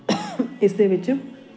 ਇਸ ਦੇ ਵਿੱਚ